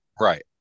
Right